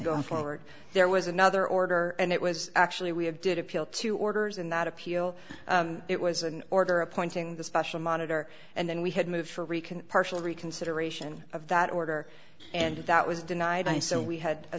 going forward there was another order and it was actually we have did appeal to orders in that appeal it was an order appointing the special monitor and then we had moved for rican partial reconsideration of that order and that was denied by so we had a